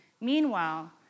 Meanwhile